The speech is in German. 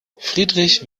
friedrich